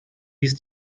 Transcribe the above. ließ